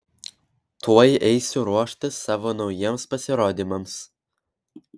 tuoj eisiu ruoštis savo naujiems pasirodymams